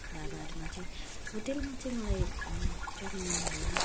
ढाबाहरूमा चाहिँ होटलमा चाहिँ मलाई चाउमिन भयो